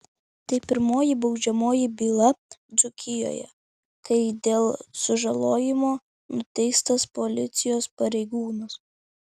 tai pirmoji baudžiamoji byla dzūkijoje kai dėl sužalojimo nuteistas policijos pareigūnas